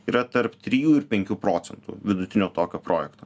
yra tarp trijų ir penkių procentų vidutinio tokio projekto